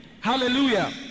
Hallelujah